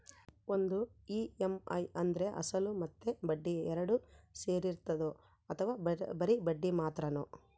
ಒಂದು ಇ.ಎಮ್.ಐ ಅಂದ್ರೆ ಅಸಲು ಮತ್ತೆ ಬಡ್ಡಿ ಎರಡು ಸೇರಿರ್ತದೋ ಅಥವಾ ಬರಿ ಬಡ್ಡಿ ಮಾತ್ರನೋ?